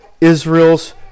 Israel's